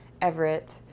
Everett